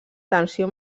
tensió